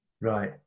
Right